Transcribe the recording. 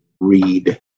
read